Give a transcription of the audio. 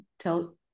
tell